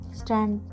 stand